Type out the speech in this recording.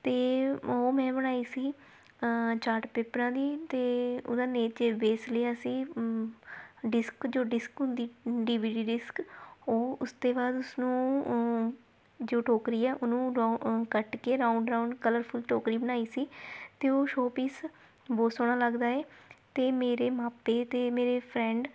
ਅਤੇ ਉਹ ਮੈਂ ਬਣਾਈ ਸੀ ਚਾਰਟ ਪੇਪਰਾਂ ਦੀ ਅਤੇ ਉਹਦਾ ਨੇਚੇ ਬੇਸ ਲਿਆ ਸੀ ਡਿਸਕ ਜੋ ਡਿਸਕ ਹੁੰਦੀ ਡੀਵੀਡੀ ਡਿਸਕ ਉਹ ਉਸ ਤੇ ਬਾਅਦ ਉਸਨੂੰ ਜੋ ਟੋਕਰੀ ਆ ਉਹਨੂੰ ਰਾਊਂ ਕੱਟ ਕੇ ਰਾਊਂਡ ਰਾਊਂਡ ਕਲਰਫੁੱਲ ਟੋਕਰੀ ਬਣਾਈ ਸੀ ਅਤੇ ਉਹ ਸ਼ੋਪੀਸ ਬਹੁਤ ਸੋਹਣਾ ਲੱਗਦਾ ਹੈ ਅਤੇ ਮੇਰੇ ਮਾਪੇ ਅਤੇ ਮੇਰੇ ਫਰੈਂਡ